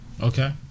okay